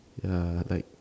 ya like